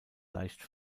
leicht